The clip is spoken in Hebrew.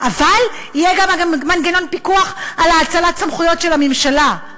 אבל יהיה בה מנגנון פיקוח על האצלת סמכויות של הממשלה.